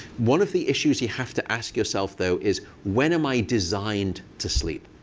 one of the issues you have to ask yourself, though, is when am i designed to sleep?